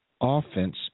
offense